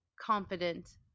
confident